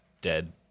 dead